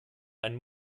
ein